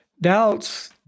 Doubts